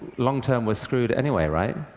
long-term, we're screwed anyway, right?